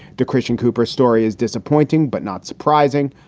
the christian cooper story is disappointing but not surprising.